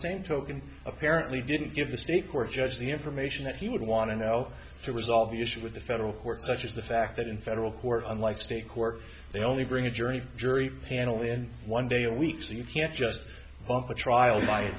same token apparently didn't give the state court judge the information that he would want to know to resolve the issue with the federal court such as the fact that in federal court unlike state court they only bring a journey jury panel in one day a week so you can't just bump a trial by